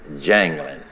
jangling